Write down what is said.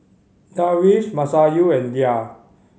Darwish Masayu and Dhia